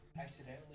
accidentally